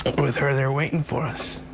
with her there waiting for us.